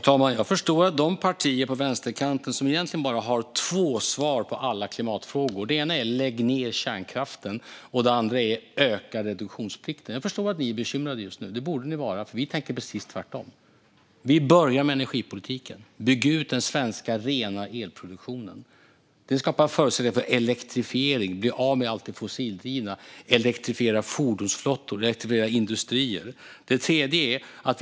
Herr talman! Jag förstår att de partier på vänsterkanten som egentligen bara har två svar på alla klimatfrågor, nämligen lägg ned kärnkraften och öka reduktionsplikten, är bekymrade just nu. Det borde ni vara, för vi tänker precis tvärtom. Vi börjar med energipolitiken och bygger ut den svenska rena elproduktionen. Det skapar förutsättning för elektrifiering så att vi kan bli av med allt det fossildrivna. Fordonsflottor och industrier ska elektrifieras.